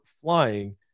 flying